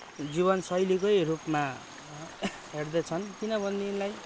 जीवनशैलीकै रूपमा हेर्दैछन् किनभनेदेखिलाई